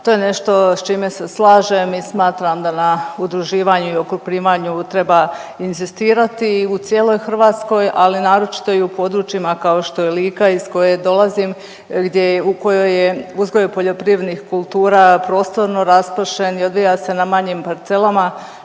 to je nešto s čime se slažem i smatram da na udruživanju i … treba inzistirati u cijeloj Hrvatskoj, ali naročito i u područjima kao što je Lika iz koje dolazim gdje u kojoj je uzgoj poljoprivrednih kultura prostorno raspršen i odvija se na manjim parcelama